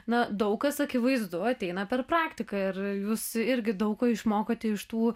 na daug kas akivaizdu ateina per praktiką ir jūs irgi daug ko išmokote iš tų